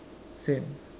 same